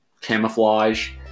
camouflage